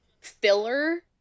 filler